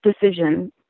decision